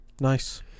Nice